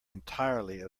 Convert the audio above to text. entirely